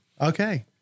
Okay